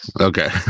Okay